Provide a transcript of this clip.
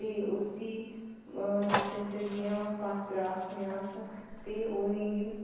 फ्ही उसी नाटक च जि''यां पातर आखने आं अस ते उनेंगी